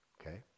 Okay